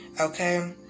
okay